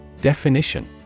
Definition